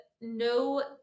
no